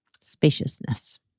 spaciousness